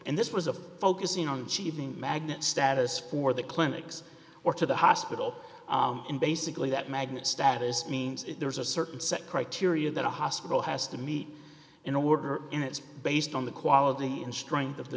and this was a focusing on cheating magnet status for the clinics or to the hospital and basically that magnet status means there's a certain set criteria that a hospital has to meet in order and it's based on the quality and strength of the